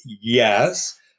Yes